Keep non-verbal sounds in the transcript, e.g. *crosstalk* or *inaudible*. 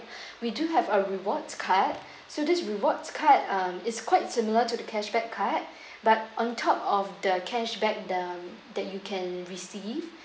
*breath* we do have a rewards card *breath* so this rewards card um it's quite similar to the cashback card *breath* but on top of the cashback the that you can receive